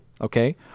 okay